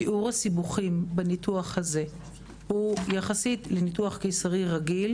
שיעור הסיבוכים בניתוח הזה יחסית לניתוח קיסרי רגיל,